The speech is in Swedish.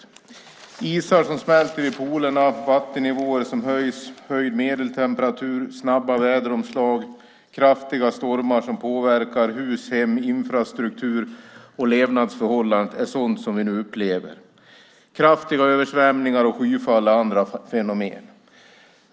Vi upplever nu isar som smälter vid polerna, höjda vattennivåer, höjd medeltemperatur, snabba väderomslag, kraftiga stormar som påverkar hus, hem och infrastruktur samt andra levnadsförhållanden. Kraftiga översvämningar och skyfall är andra fenomen.